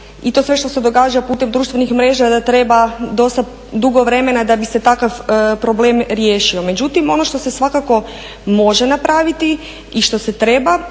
i to sve što se događa putem društvenih mreža da treba dosta dugo vremena da bi se takav problem riješio. Međutim, ono što se svakako može napraviti i što se treba